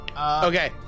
Okay